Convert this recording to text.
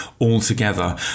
altogether